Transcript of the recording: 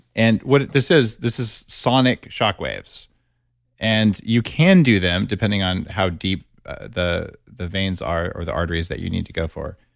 and what this is. this is sonic shock waves and you can do them depending on how deep the the veins are or the arteries that you need to go for.